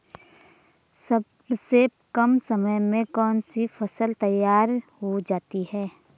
सबसे कम समय में कौन सी फसल तैयार हो जाती है?